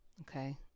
okay